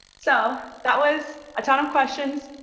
so that was a ton of questions.